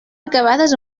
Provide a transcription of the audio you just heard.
acabades